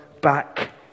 back